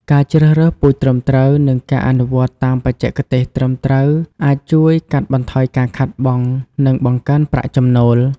ការជ្រើសរើសពូជត្រឹមត្រូវ និងការអនុវត្តតាមបច្ចេកទេសត្រឹមត្រូវអាចជួយកាត់បន្ថយការខាតបង់ និងបង្កើនប្រាក់ចំណូល។